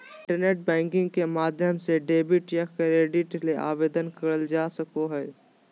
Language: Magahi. इंटरनेट बैंकिंग के माध्यम से डेबिट या क्रेडिट कार्ड ले आवेदन करल जा सको हय